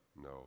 no